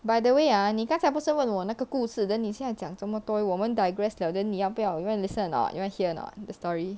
by the way ah 你刚才不是问我那个故事 then 你现在讲这么多我们 digress 了 then 你要不要 you want listen or not you want hear or not the story